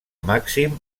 màxim